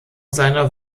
seiner